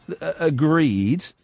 agreed